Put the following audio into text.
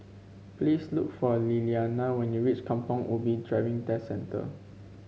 please look for Liliana when you reach Kampong Ubi Driving Test Centre